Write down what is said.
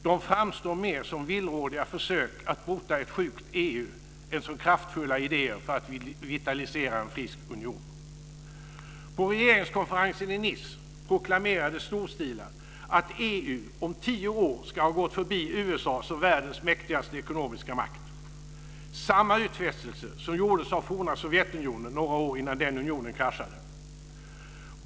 De framstår mer som villrådiga försök att bota ett sjukt EU än som kraftfulla idéer för att vitalisera en frisk union. På regeringskonferensen i Nice proklamerades storstilat att EU om tio år ska ha gått förbi USA som världens mäktigaste ekonomiska makt. Det är samma utfästelse som gjordes av forna Sovjetunionen några år innan den unionen kraschade.